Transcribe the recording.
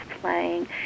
playing